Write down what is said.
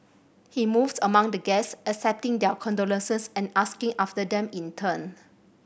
he moved among the guests accepting their condolences and asking after them in turn